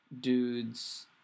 dudes